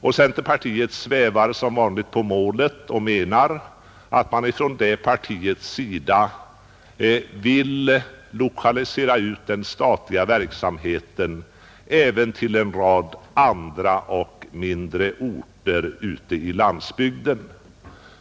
Centerpartiet svävar som vanligt på målet och menar att man från det partiets sida vill lokalisera ut statlig verksamhet även till en rad andra och mindre orter ute på landsbygden.